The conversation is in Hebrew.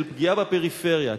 של פגיעה בפריפריה.